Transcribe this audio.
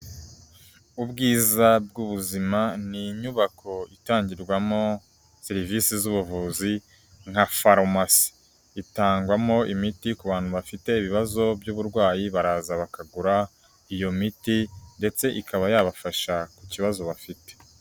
Ubwiza bw'ubuzima ni inyubako itangirwamo serivise z'ubuvuzi nka farumasi. Itangwamo imiti ku bantu bafite ibibazo by'uburwayi, baraza bakagura iyo miti ndetse ikaba yabafasha ku kibazo bafite.